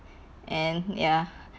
and ya